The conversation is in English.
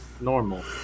normal